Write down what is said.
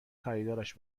خریدارش